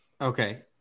Okay